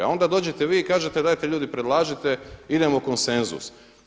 A onda dođete vi i kažete dajte ljudi predlažite, idemo konsenzus.